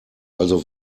also